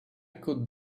could